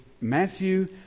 Matthew